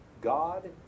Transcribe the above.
God